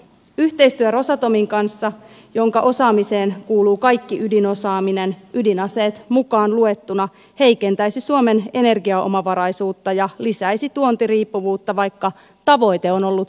yhteistyö rosatomin kanssa jonka osaamiseen kuuluu kaikki ydinosaaminen ydinaseet mukaan luettuna heikentäisi suomen energiaomavaraisuutta ja lisäisi tuontiriippuvuutta vaikka tavoite on ollut päinvastainen